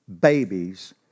babies